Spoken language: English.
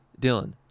dylan